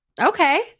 Okay